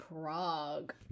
Prague